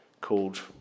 called